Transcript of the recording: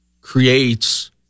creates